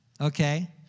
okay